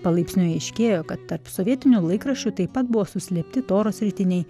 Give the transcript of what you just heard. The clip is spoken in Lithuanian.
palaipsniui aiškėjo kad tarp sovietinių laikraščių taip pat buvo suslėpti toros ritiniai